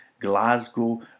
Glasgow